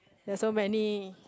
there's so many